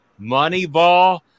Moneyball